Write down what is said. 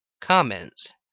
comments